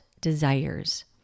desires